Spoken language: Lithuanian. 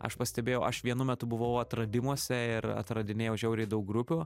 aš pastebėjau aš vienu metu buvau atradimuose ir atradinėjau žiauriai daug grupių